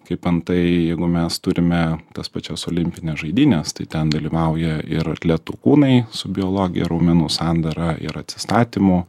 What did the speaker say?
kaip antai jeigu mes turime tas pačias olimpines žaidynes tai ten dalyvauja ir atletų kūnai su biologija ir raumenų sandara ir atsistatymu